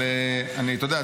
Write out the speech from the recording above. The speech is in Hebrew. אבל אתה יודע,